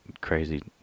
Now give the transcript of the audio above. crazy